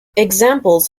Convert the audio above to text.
examples